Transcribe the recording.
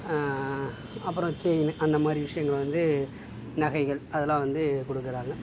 அப்புறம் செயின் அந்த மாதிரி விஷயங்கள் வந்து நகைகள் அதெல்லாம் வந்து கொடுக்குறாங்க